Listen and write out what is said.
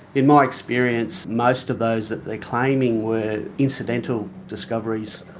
in my experience most of those that they're claiming were incidental discoveries.